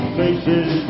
faces